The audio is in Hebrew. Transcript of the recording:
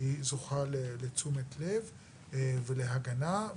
זוכה לתשומת לב ולהגנה.